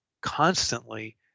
constantly